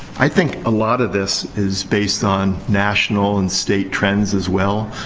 i think a lot of this is based on national and state trends, as well.